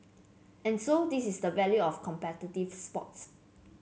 and so this is the value of competitive sports